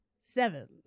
seven